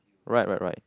right right right